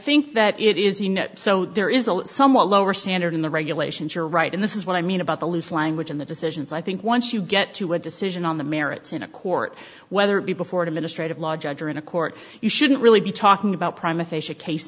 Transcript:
think that it is you know so there is a somewhat lower standard in the regulations you're right and this is what i mean about the loose language in the decisions i think once you get to a decision on the merits in a court whether it be before a ministry of law judge or in a court you shouldn't really be talking about